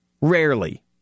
Rarely